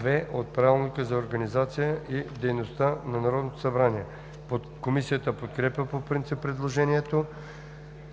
2 от Правилника за организацията и дейността на Народното събрание. Комисията подкрепя предложението.